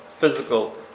physical